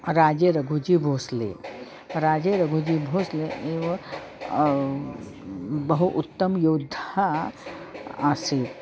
राजेरघुजीभोसले राजेरघुजीभोसले एव बहु उत्तमयोद्धा आसीत्